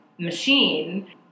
Machine